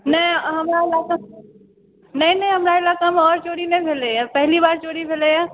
नहि हमरा इलाकामे नहि नहि हमरा इलाकामे आओर चोरी नहि भेलै यऽ पहली बार चोरी भेलै यऽ